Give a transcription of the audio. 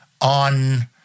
on—